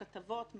כתבות,